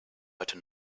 heute